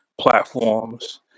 platforms